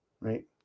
right